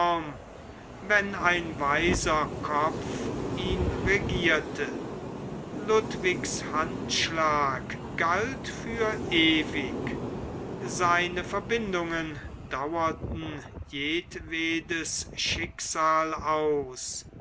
wenn ein weiser kopf ihn regierte ludwigs handschlag galt für ewig seine verbindungen dauerten jedwedes schicksal aus